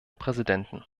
präsidenten